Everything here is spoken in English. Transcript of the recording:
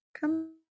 Come